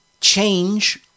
Change